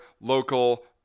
local